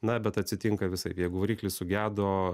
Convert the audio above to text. na bet atsitinka visaip jeigu variklis sugedo